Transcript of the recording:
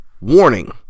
Warning